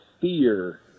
fear